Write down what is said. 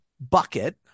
Bucket